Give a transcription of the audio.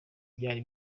byari